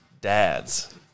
Dads